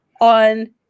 on